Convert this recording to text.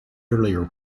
earlier